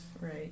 right